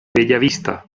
bellavista